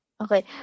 Okay